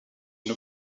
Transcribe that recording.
une